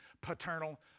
paternal